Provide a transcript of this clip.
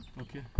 Okay